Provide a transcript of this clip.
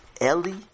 Ellie